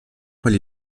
foy